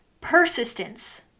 Persistence